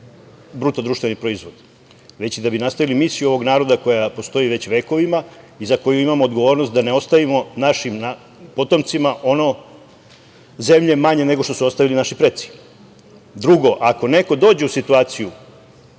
imali veći BDP, već da bi nastavili misiju ovog naroda koja postoji već vekovima i za koju imamo odgovornost da ne ostavimo našim potomcima ono zemlje manje nego što su ostavili naši preci. Drugo, ako neko dođe u situaciju